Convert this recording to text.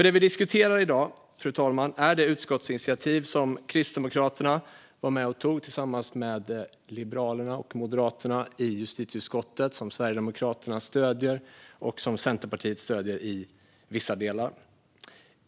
Det vi diskuterar i dag, fru talman, är det utskottsinitiativ som Kristdemokraterna tog tillsammans med Liberalerna och Moderaterna i justitieutskottet. Sverigedemokraterna stöder det, och Centerpartiet stöder det i vissa delar.